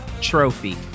trophy